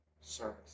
service